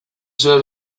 zer